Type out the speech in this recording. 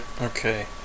Okay